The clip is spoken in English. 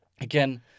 Again